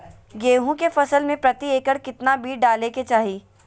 गेहूं के फसल में प्रति एकड़ कितना बीज डाले के चाहि?